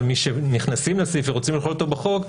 אבל משנכנסים לסעיף ורוצים לכלול אותו בחוק,